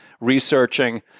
researching